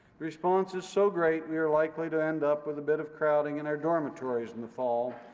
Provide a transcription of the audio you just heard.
response is so great, we are likely to end up with a bit of crowding in our dormitories in the fall.